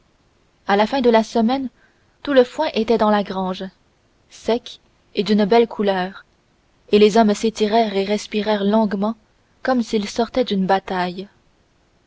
à la fin de la semaine tout le foin était dans la grange sec et d'une belle couleur et les hommes s'étirèrent et respirèrent longuement comme s'ils sortaient d'une bataille